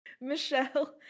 Michelle